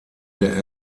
der